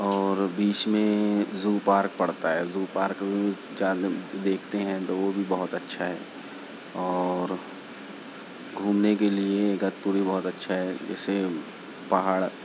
اور بیچ میں زو پارک پڑتا ہے زو پارک میں بھی جاتے دیکھتے ہیں تو وہ بھی بہت اچھا ہے اور گھومنے کے لئے ایگتپوری بہت اچھا ہے جیسے پہاڑ